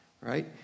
right